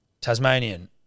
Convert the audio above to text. Tasmanian